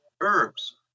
herbs